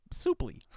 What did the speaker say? souply